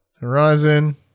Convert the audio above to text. Horizon